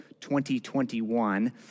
2021